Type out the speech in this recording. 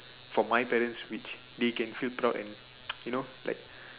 for my parents which they can feel proud and you know like